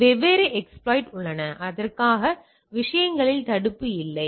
எனவே வெவ்வேறு எஸ்பிலோய்ட் உள்ளன அதற்காக விஷயங்களில் தடுப்பு இல்லை